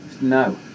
no